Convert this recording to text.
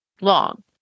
long